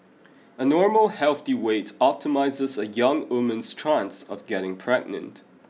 a normal healthy weight optimises a young woman's chance of getting pregnant